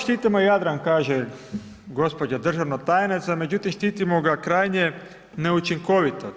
Mi kao štitimo Jadran kaže gospođa državna tajnica, međutim štitimo ga krajnje neučinkovito.